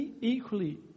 equally